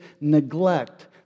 neglect